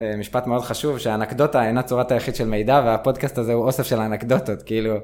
משפט מאוד חשוב, שהאנקדוטה אינה צורת היחיד של מידע, והפודקאסט הזה הוא אוסף של אנקדוטות, כאילו...